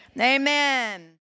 amen